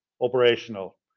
operational